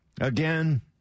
again